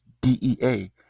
DEA